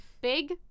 Big